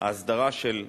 ההסדרה של הכבלים,